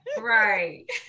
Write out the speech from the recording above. right